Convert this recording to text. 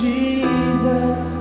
Jesus